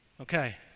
Okay